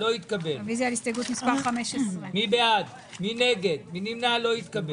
הצבעה הרוויזיה לא אושרה.